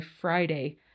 Friday